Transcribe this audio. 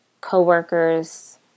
co-workers